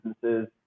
businesses